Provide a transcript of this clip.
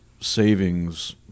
savings